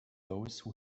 those